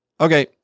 Okay